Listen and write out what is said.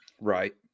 Right